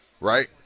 Right